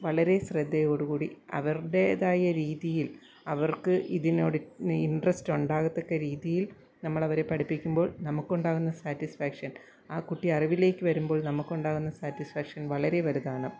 വളരെ ശ്രദ്ധയോടുകൂടി അവരുടേതായ രീതിയിൽ അവർക്ക് ഇതിനോട് ഇൻട്രസ്റ്റ് ഉണ്ടാകത്തക്ക രീതിയിൽ നമ്മളവരെ പഠിപ്പിക്കുമ്പോൾ നമുക്കുണ്ടാകുന്ന സാറ്റിസ്ഫാക്ഷൻ ആ കുട്ടി അറിവിലേക്ക് വരുമ്പോൾ നമുക്കുണ്ടാകുന്ന സാറ്റിസ്ഫാക്ഷൻ വളരെ വലുതാണ്